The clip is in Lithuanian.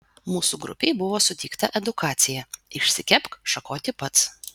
mūsų grupei buvo suteikta edukacija išsikepk šakotį pats